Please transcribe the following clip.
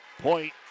Point